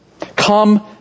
Come